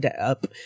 up